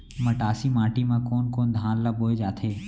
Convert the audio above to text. मटासी माटी मा कोन कोन धान ला बोये जाथे?